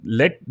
let